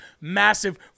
massive